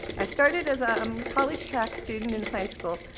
i started as a um college track student in high school,